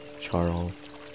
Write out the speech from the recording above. Charles